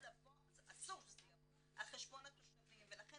אסור שזה יבוא על חשבון התושבים ולכן